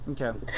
Okay